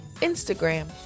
Instagram